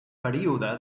període